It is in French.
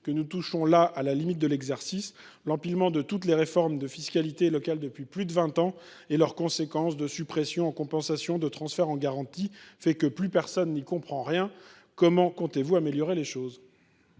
que nous touchons là à la limite de l’exercice. L’empilement de toutes les réformes de fiscalité locale depuis plus de vingt ans et leurs conséquences, de suppressions en compensations, de transferts en garanties, font que plus personne n’y comprend rien ! Comment comptez vous améliorer les choses ?